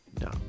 No